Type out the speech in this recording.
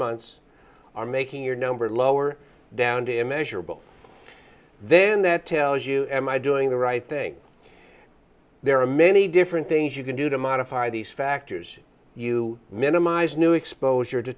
months are making your number lower down to a measurable then that tells you am i doing the right thing there are many different things you can do to modify these factors you minimize new exposure to